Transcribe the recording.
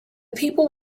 people